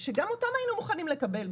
שגם אותם היינו מוכנים לקבל.